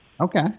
Okay